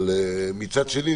אבל מצד שני,